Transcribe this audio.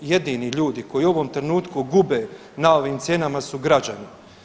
Jedini ljudi koji u ovom trenutku gube na ovim cijenama su građani.